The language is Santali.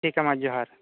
ᱴᱷᱤᱠᱟ ᱢᱟ ᱡᱚᱦᱟᱨ